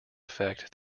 affect